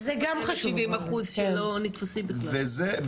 מענה לשבעים אחוז שלא נתפסים בכלל.